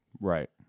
Right